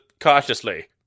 cautiously